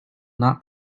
not